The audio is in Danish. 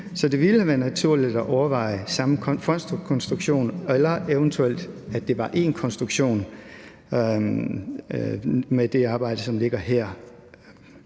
så det ville være naturligt at overveje samme fondskonstruktion, eller eventuelt at det var én konstruktion, i det arbejde, som ligger her.